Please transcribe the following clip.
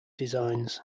designs